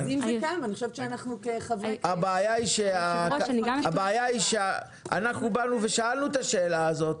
אם זה כך אז אני חושבת שאנחנו --- שאלנו את השאלה הזאת,